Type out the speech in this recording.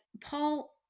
Paul